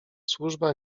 służba